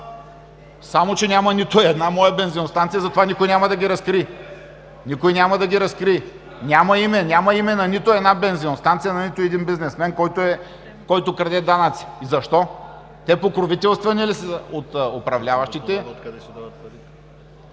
Само че няма нито една моя бензиностанция, затова никой няма да ги разкрие! (Силен шум в ГЕРБ.) Няма име на нито една бензиностанция, на нито един бизнесмен, който краде данъци. И защо?! Те покровителствани ли са от управляващите?! Ревизори